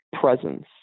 presence